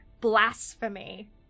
blasphemy